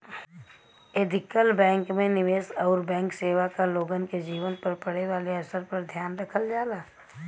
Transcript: ethical bank में निवेश आउर बैंक सेवा क लोगन के जीवन पर पड़े वाले असर पर ध्यान रखल जाला